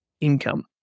income